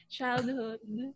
Childhood